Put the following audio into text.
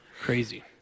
crazy